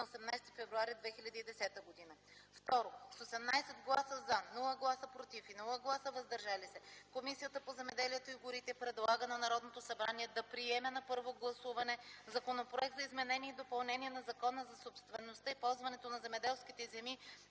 18 февруари 2010 г. 2. С 18 гласа „за”, без „против” и „въздържали се” Комисията по земеделието и горите предлага на Народното събрание да приеме на първо гласуване Законопроект за изменение и допълнение на Закона за собствеността и ползуването на земеделските земи,